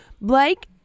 Blake